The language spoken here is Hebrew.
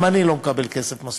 גם אני לא מקבל כסף מספיק.